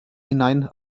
hinein